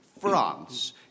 France